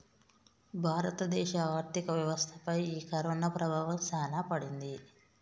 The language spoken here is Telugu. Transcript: భారత దేశ ఆర్థిక వ్యవస్థ పై ఈ కరోనా ప్రభావం సాన పడింది